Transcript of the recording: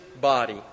body